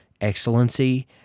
excellency